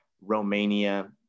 romania